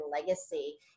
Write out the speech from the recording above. legacy